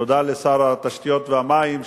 תודה לשר האנרגיה והמים,